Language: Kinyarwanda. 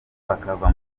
bakava